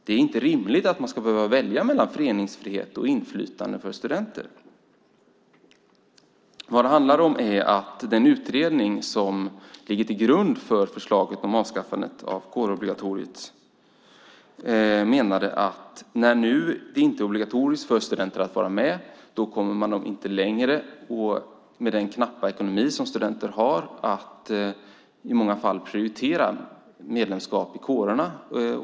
Det är inte rimligt att man ska behöva välja mellan föreningsfrihet och inflytande för studenter. Det handlar om att den utredning som ligger till grund för förslaget om avskaffande av kårobligatoriet menade att när det nu inte är obligatoriskt för studenter att vara med kommer studenterna inte längre, med den knappa ekonomi de har, att prioritera medlemskap i kårerna.